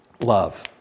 love